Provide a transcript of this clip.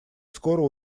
скоро